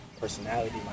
personality